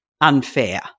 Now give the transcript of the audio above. unfair